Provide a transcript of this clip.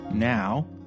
Now